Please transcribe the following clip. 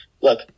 look